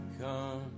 come